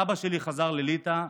סבא שלי חזר לליטא,